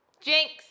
Jinx